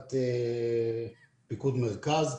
תחת פיקוד מרכז.